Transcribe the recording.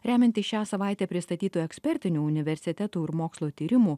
remiantis šią savaitę pristatytu ekspertiniu universitetų ir mokslo tyrimų